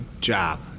job